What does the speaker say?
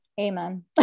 Amen